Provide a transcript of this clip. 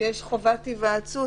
שיש חובת היוועצות,